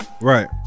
Right